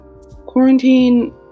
Quarantine